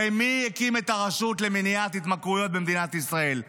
הרי מי הקים את הרשות למניעת התמכרויות במדינת ישראל?